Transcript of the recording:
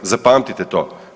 Zapamtite to.